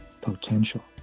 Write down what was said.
potential